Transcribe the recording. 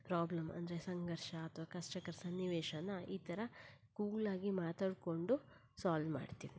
problem ಅಂದರೆ ಸಂಘರ್ಷ ಅಥ್ವಾ ಕಷ್ಟಕರ ಸನ್ನಿವೇಶನ ಈ ಥರ ಕೂಲಾಗಿ ಮಾತಾಡಿಕೊಂಡು ಸಾಲ್ವ್ ಮಾಡ್ತಿವಿ ನಾವು